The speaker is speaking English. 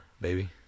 baby